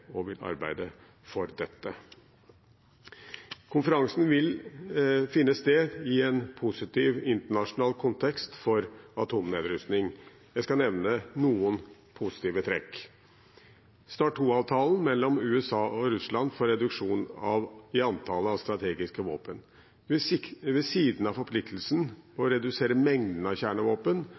og vil arbeide for dette. Konferansen vil finne sted i en positiv internasjonal kontekst for atomnedrustning. Jeg skal nevne noen positive trekk. START II-avtalen mellom USA og Russland for reduksjon i antallet av strategiske våpen. Ved siden av forpliktelsen å redusere mengden av kjernevåpen